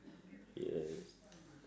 yes